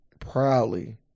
Proudly